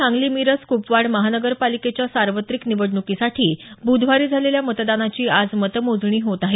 सांगली मिरज क्पवाड तसंच जळगाव महानगरपालिकेच्या सार्वत्रिक निवडण्कीसाठी बुधवारी झालेल्या मतदानाची आज मतमोजणी होत आहे